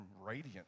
radiant